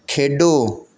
ਖੇਡੋ